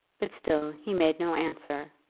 but still he made no answer.